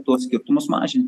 tuos skirtumus mažinti